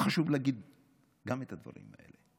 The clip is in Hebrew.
אז חשוב להגיד גם את הדברים האלה,